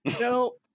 No